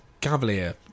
Cavalier